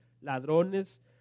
ladrones